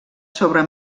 sobre